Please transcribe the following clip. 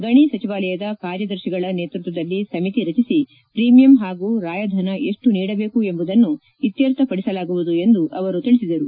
ಗಣಿ ಸಚಿವಾಲಯದ ಕಾರ್ಯದರ್ತಿಗಳ ನೇತೃತ್ವದಲ್ಲಿ ಸಮಿತಿ ರಚಿಸಿ ಪ್ರೀಮಿಯಮ್ ಹಾಗೂ ರಾಯಧನ ಎಷ್ಟು ನೀಡಬೇಕು ಎಂಬುದನ್ನು ಇತ್ತರ್ಥಪಡಿಸಲಾಗುವುದು ಎಂದು ತಿಳಿಸಿದರು